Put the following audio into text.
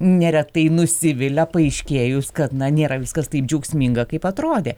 neretai nusivilia paaiškėjus kad na nėra viskas taip džiaugsminga kaip atrodė